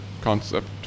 concept